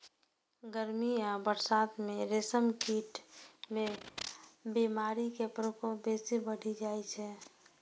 गर्मी आ बरसात मे रेशम कीट मे बीमारी के प्रकोप बेसी बढ़ि जाइ छै